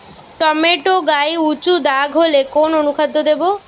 Tomato গায়ে উচু দাগ হলে কোন অনুখাদ্য দেবো?